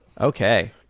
Okay